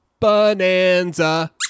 bonanza